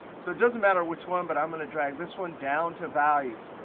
so it doesn't matter which one, but i'm going to drag this one down to values.